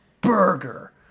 burger